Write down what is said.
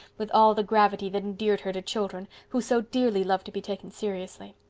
with all the gravity that endeared her to children, who so dearly love to be taken seriously.